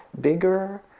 bigger